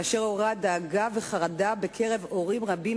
ועוררה בקרב הורים רבים